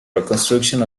reconstruction